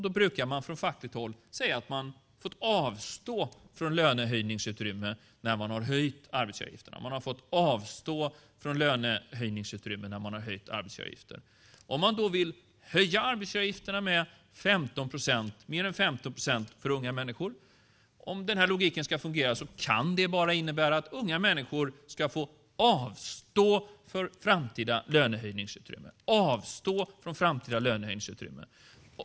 Från fackligt håll brukar man säga att man har fått avstå från lönehöjningsutrymme när man har höjt arbetsgivaravgifterna. Om man vill höja arbetsgivaravgifterna för unga människor med mer än 15 procent kan det bara innebära att unga människor ska avstå från framtida lönehöjningsutrymme.